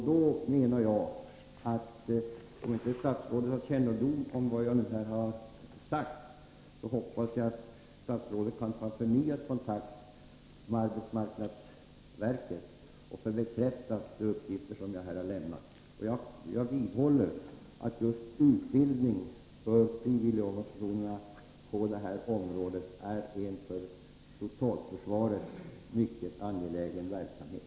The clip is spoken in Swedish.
Om statsrådet inte har kännedom om de förhållanden jag nu redovisat hoppas jag att statsrådet tar förnyad kontakt med arbetsmarknadsverket för att få mina uppgifter bekräftade. Jag vidhåller att utbildning för frivilligorganisationerna på detta område är en för totalförsvaret mycket angelägen verksamhet.